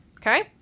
okay